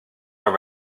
were